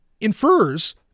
infers